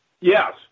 yes